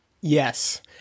yes